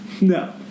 No